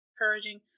encouraging